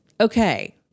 okay